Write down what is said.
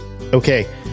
Okay